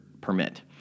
permit